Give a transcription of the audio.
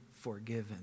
forgiven